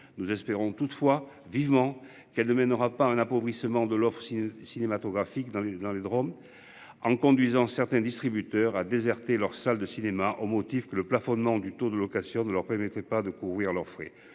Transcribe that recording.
Nous espérons toutefois vivement qu'elle ne mènera pas un appauvrissement de l'offre cinématographique dans dans les Drôme. En conduisant certains distributeurs à déserter leurs salles de cinéma au motif que le plafonnement du taux de location ne leur permettait pas de couvrir leurs frais,